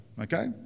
okay